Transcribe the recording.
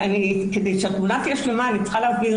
כדי שהתמונה תהיה שלמה אני צריכה להבהיר